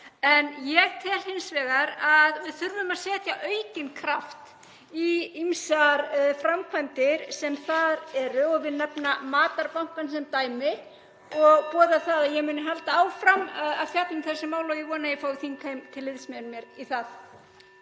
Ég tel hins vegar að við þurfum að setja aukinn kraft í ýmsar framkvæmdir sem þar eru og vil nefna matarbankann sem dæmi og boða það að ég muni halda áfram að fjalla um þessi mál og ég vona að ég fái þingheim til liðs við mig í það.